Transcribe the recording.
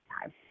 time